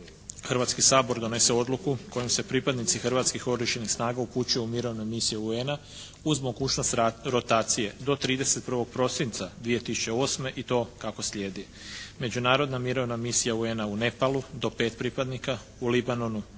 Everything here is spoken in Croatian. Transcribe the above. Hrvatski sabor donese odluku kojom se pripadnici Hrvatskih oružanih snaga upućuju u Mirovne misije UN-a uz mogućnost rotacije do 31. prosinca 2008. i to kako slijedi. Međunarodna mirovna misija UN-a u Nepalu do 5 pripadnika, u Libanonu